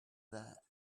that